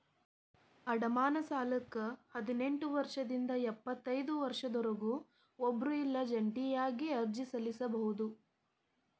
ಅಡಮಾನ ಸಾಲಕ್ಕ ಹದಿನೆಂಟ್ ವರ್ಷದಿಂದ ಎಪ್ಪತೈದ ವರ್ಷದೊರ ಒಬ್ರ ಇಲ್ಲಾ ಜಂಟಿಯಾಗಿ ಅರ್ಜಿ ಸಲ್ಲಸಬೋದು